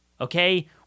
Okay